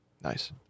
Nice